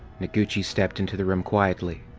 noguchi stepped into the room quietly.